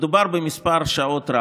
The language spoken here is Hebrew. מדובר במספר רב של שעות,